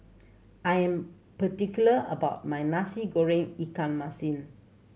I am particular about my Nasi Goreng ikan masin